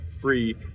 free